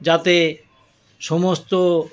যাতে সমস্ত